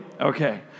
okay